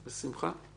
בשמחה.